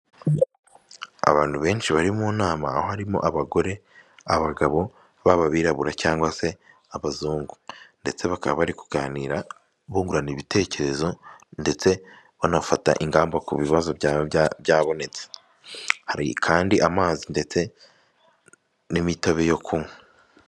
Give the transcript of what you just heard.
Abantu benshi bari mu nama aho harimo abagore, abagabo baba abirabura cyangwa se abazungu, ndetse bakaba bari kuganira bungurana ibitekerezo ndetse banafata ingamba ku bibazo byaba byabonetse, hari kandi amazi ndetse n'imitobe yo kunywa.